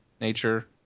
Nature